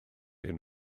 hyn